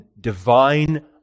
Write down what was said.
divine